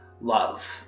love